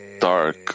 dark